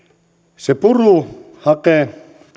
siitä puruhakkeesta